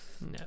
No